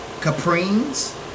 Caprines